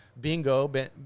bingo